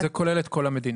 זה כולל את כל המדינות.